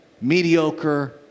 mediocre